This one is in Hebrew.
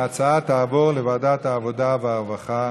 ההצעה תעבור לוועדת העבודה והרווחה